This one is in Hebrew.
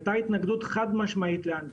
היית התנגדות חד משמעית לאנטיגן.